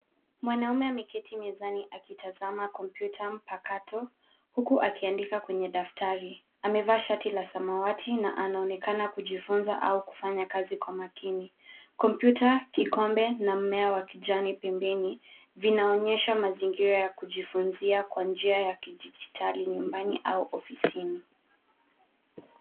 Mwanaume ameketi mezani akitazama kompyuta mpakato huku akiandika kwenye daftari. Amevaa shati la samawati na anaonekana kujifunza au kufanya kazi kwa makini. Kompyuta, kikombe na mmea wa kijani pembeni vinaonyesha mazingira ya kujifunzia kwa njia ya kidijitali nyumbani au ofisini.